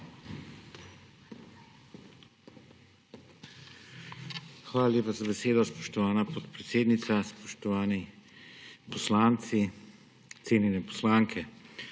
Hvala lepa za besedo, spoštovana podpredsednica. Spoštovani poslanci, cenjene poslanke!